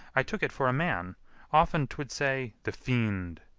i took it for a man often twould say, the fiend,